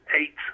eight